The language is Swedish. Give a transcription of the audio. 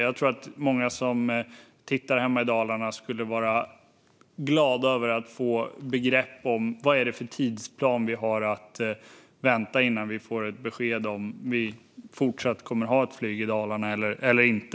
Jag tror att många som tittar på detta hemma i Dalarna skulle vara glada över att få veta vad det är för tidsplan vi har att vänta. När kan vi få ett besked om huruvida vi kommer att fortsätta att ha ett flyg i Dalarna eller inte?